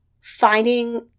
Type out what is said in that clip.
finding